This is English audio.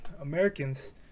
Americans